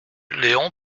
léon